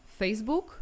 Facebook